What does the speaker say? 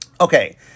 Okay